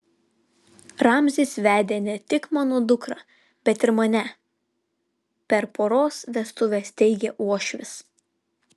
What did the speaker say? ramzis vedė ne tik mano dukrą bet ir mane per poros vestuves teigė uošvis